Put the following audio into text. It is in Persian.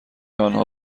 آنها